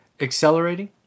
accelerating